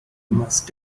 must